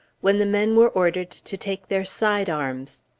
when the men were ordered to take their side arms.